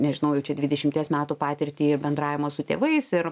nežinau jau čia dvidešimties metų patirtį ir bendravimo su tėvais ir